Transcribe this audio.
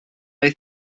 oedd